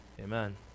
Amen